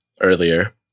earlier